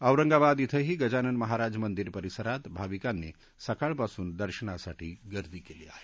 औरंगाबाद ििंही गजानन महाराज मंदिर परिसरात भाविकांनी सकाळपासूनच दर्शनासाठी गर्दी केली आहे